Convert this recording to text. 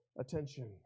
attention